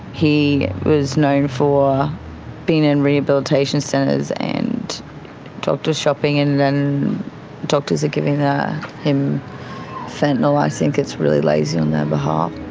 he was known for being in rehabilitation centres and doctor shopping, and and doctors giving him fentanyl, i think it's really lazy on their behalf.